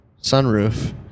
sunroof